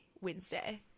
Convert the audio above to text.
Wednesday